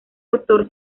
autor